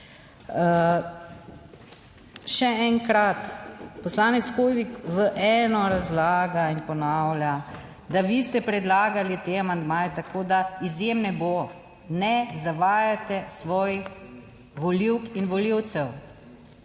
Še enkrat, poslanec Hoivik v eno razlaga in ponavlja, da vi ste predlagali te amandmaje tako, da izjemne bo. Ne zavajate svojih volivk in volivcev,